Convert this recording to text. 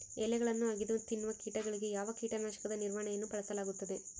ಎಲೆಗಳನ್ನು ಅಗಿದು ತಿನ್ನುವ ಕೇಟಗಳಿಗೆ ಯಾವ ಕೇಟನಾಶಕದ ನಿರ್ವಹಣೆಯನ್ನು ಬಳಸಲಾಗುತ್ತದೆ?